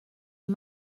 est